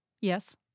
Yes